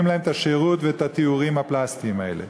להם את השירות ואת התיאורים הפלסטיים האלה.